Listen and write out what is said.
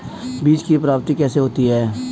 बीज की प्राप्ति कैसे होती है?